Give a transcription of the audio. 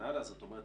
זאת אומרת,